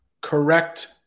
Correct